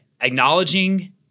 acknowledging